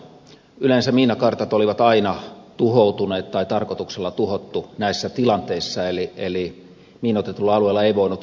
yleensä miinakartat olivat aina tuhoutuneet tai ne oli tarkoituksella tuhottu näissä tilanteissa eli miinoitetulla alueella ei voinut karttoihin luottaa